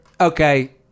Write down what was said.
Okay